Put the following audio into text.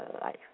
life